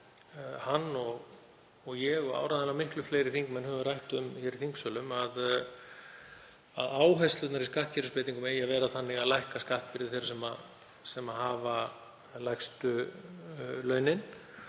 hann og ég og áreiðanlega miklu fleiri þingmenn höfum rætt um hér í þingsölum, að áherslurnar í skattkerfisbreytingum eigi að vera þannig að lækka skattbyrði þeirra sem hafa lægstu launin.